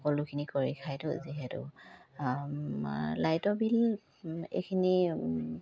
সকলোখিনি কৰি খাইতো যিহেতু লাইটৰ বিল এইখিনি